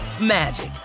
magic